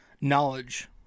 knowledge